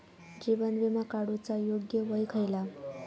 जीवन विमा काडूचा योग्य वय खयला?